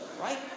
right